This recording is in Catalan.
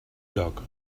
joc